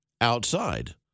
outside